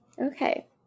okay